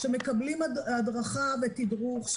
שמקבלים הדרכה ותדרוך,